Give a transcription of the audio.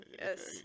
Yes